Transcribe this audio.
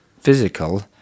physical